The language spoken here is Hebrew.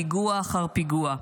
פיגוע אחר פיגוע.